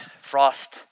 Frost